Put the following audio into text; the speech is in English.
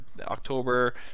October